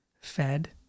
fed